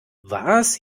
was